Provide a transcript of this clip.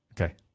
Okay